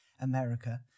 America